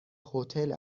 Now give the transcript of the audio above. هتل